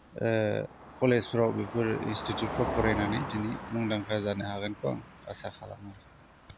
कलेजफोराव बेफोर इन्सटिउटफ्राव फरायनानै बिदिनो मुदांखा जानो हागोनखौ आं आसा खालामो